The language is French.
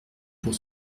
pour